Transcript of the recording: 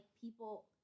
people